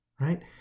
right